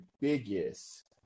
biggest